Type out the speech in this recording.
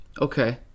Okay